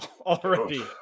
already